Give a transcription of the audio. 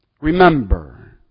Remember